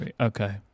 Okay